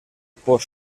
por